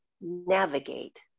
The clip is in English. navigate